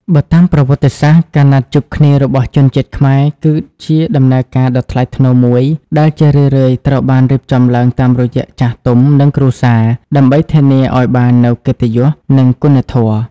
បើតាមប្រវត្តិសាស្ត្រ ការណាត់ជួបគ្នារបស់ជនជាតិខ្មែរគឺជាដំណើរការដ៏ថ្លៃថ្នូរមួយ ដែលជារឿយៗត្រូវបានរៀបចំឡើងតាមរយៈចាស់ទុំ និងគ្រួសារ ដើម្បីធានាឱ្យបាននូវ "កិត្តិយស" និង "គុណធម៌"។